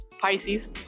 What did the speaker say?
Pisces